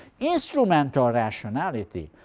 instrumental rationality.